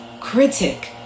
critic